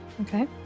Okay